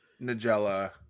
Nigella